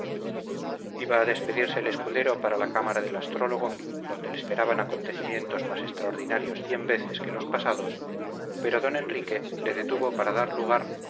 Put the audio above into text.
iba a despedirse el escudero para la cámara del astrólogo donde le esperaban acontecimientos más extraordinarios cien veces que los pasados pero don enrique le detuvo para dar lugar lo uno a